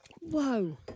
whoa